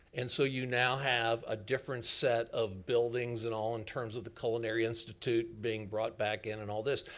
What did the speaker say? and so you now have a different set of buildings and all in terms of the culinary institute being brought back in, and all this.